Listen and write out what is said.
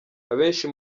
abenshi